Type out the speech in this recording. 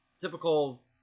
typical